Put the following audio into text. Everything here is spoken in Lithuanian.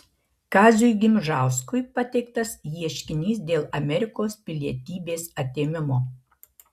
kaziui gimžauskui pateiktas ieškinys dėl amerikos pilietybės atėmimo